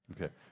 Okay